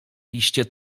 liście